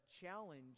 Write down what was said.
challenge